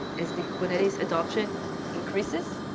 as the kubernetes adoption increases,